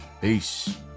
Peace